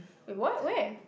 wait what where